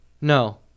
No